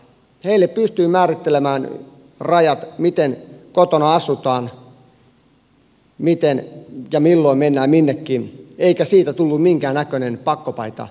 heille pystyi määrittelemään rajat miten kotona asutaan miten ja milloin mennään minnekin eikä siitä tullut minkään näköinen pakkopaitatunne